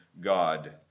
God